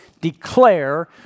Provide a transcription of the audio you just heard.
declare